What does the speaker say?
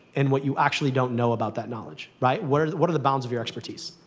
and what you actually don't know about that knowledge, right, what are what are the bounds of your expertise.